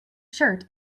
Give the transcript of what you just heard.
shirt